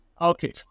Okay